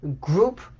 group